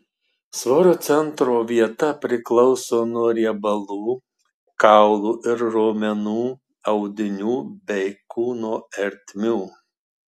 svorio centro vieta priklauso nuo riebalų kaulų ir raumenų audinių bei kūno ertmių